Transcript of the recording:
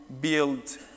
build